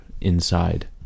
inside